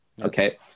okay